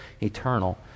eternal